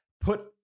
put